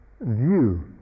view